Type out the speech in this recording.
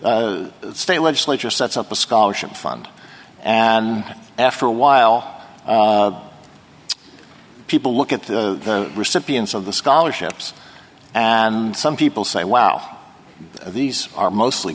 e state legislature sets up a scholarship fund and after a while people look at the recipients of the scholarships and some people say well these are mostly